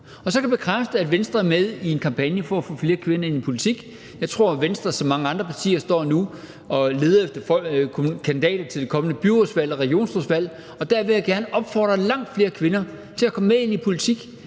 Så kan jeg bekræfte, at Venstre er med i en kampagne for at få flere kvinder ind i politik. Jeg tror, at Venstre ligesom mange andre partier nu står og leder efter kandidater til det kommende byrådsvalg og regionsrådsvalg, og der vil jeg gerne opfordre langt flere kvinder til at komme med ind i politik.